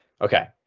Okay